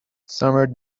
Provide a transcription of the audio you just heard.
summer